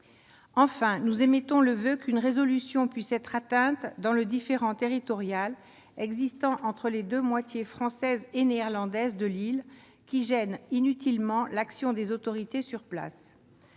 Enfin, nous émettons le voeu que l'on puisse résoudre le différend territorial existant entre les deux moitiés, française et néerlandaise, de l'île, qui gêne inutilement l'action des autorités sur place.